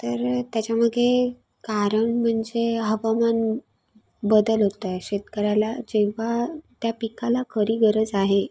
तर त्याच्यामागे कारण म्हणजे हवामान बदल होत आहे शेतकऱ्याला जेव्हा त्या पिकाला खरी गरज आहे